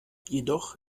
jedoch